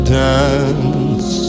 dance